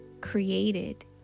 created